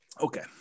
okay